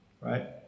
right